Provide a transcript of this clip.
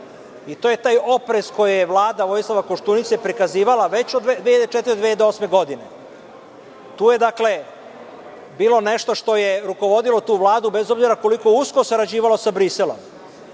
To je taj oprez koji je Vlada Vojislava Koštunice prikazivala već od 2004. do 2008. godine. Tu je bilo nešto što je rukovodilo tu Vladu, bez obzira koliko usko sarađivala sa Briselom.